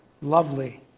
lovely